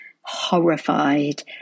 horrified